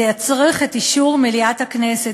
זה יצריך את אישור מליאת הכנסת.